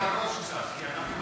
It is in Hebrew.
לתת לנו בראש קצת, כי אנחנו לא,